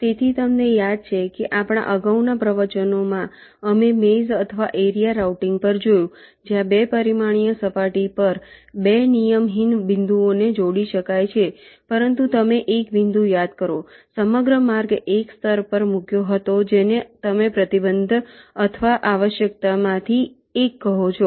તેથી તમને યાદ છે કે આપણાં અગાઉના પ્રવચનોમાં અમે મેઝ અથવા એરિયા રાઉટીંગ પર જોયું જ્યાં 2 પરિમાણીય સપાટી પરના 2 નિયમહીન બિંદુઓને જોડી શકાય છે પરંતુ તમે એક બિંદુ યાદકરો સમગ્ર માર્ગ એક સ્તર પર મૂક્યો હતો જેને તમે પ્રતિબંધ અથવા આવશ્યકતામાંથી એક કહો છો